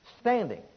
standing